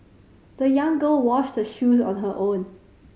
the young girl washed her shoes on her own